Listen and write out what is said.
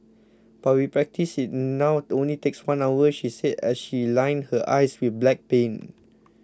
but with practice it now only takes one hour she said as she lined her eyes with black paint